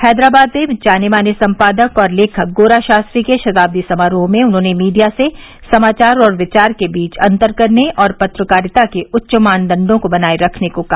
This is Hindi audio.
हैदराबाद में जाने माने संपादक और तेखक गोरा शास्त्री के शताब्दी समारोह में उन्होंने मीडिया से समावार और क्विार के बीच अंतर करने और पत्रकारिता के उच्च मानदंडों को बनाए रखने को कहा